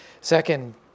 Second